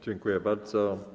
Dziękuję bardzo.